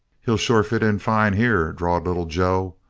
he'll sure fit in fine here, drawled little joe.